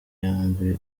yombi